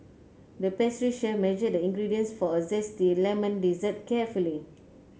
the pastry chef measured the ingredients for a zesty lemon dessert carefully